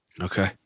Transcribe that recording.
okay